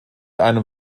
einem